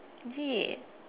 babe